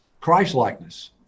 Christ-likeness